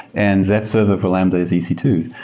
and that server for lambda is e c two.